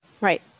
Right